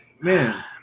Man